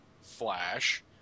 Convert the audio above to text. Flash